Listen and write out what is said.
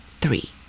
three